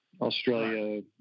australia